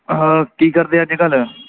ਹਾਂ ਕੀ ਕਰਦੇ ਆ ਨਿਕਲ